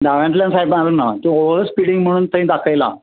दाव्यांतल्यान side मारूना तू over स्पिडीन म्हणून थंय दाखयला